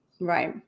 Right